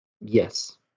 Yes